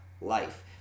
life